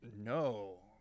no